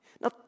Now